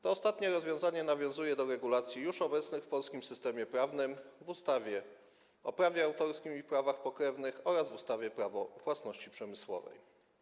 To ostatnie rozwiązanie nawiązuje do regulacji już obecnej w polskim systemie prawnym w ustawie o prawie autorskim i prawach pokrewnych oraz w ustawie Prawo własności przemysłowej.